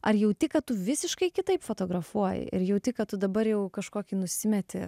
ar jauti kad tu visiškai kitaip fotografuoji ir jauti kad tu dabar jau kažkokį nusimeti